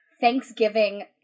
Thanksgiving